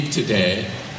today